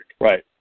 Right